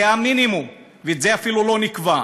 זה המינימום, וזה אפילו לא נקבע.